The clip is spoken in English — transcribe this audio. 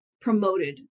promoted